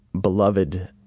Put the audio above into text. beloved